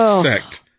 sect